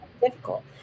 difficult